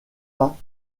pas